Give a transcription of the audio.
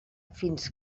fins